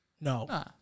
No